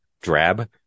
drab